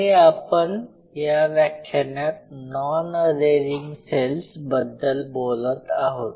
आणि आपण या व्याख्यानात नॉन अधेरिंग सेल्स बद्दल बोलत आहोत